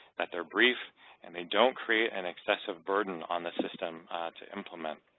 that they're brief and they don't create an excessive burden on the system to implement.